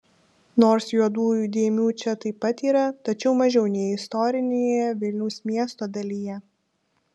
nors juodųjų dėmių čia taip pat yra tačiau mažiau nei istorinėje vilniaus miesto dalyje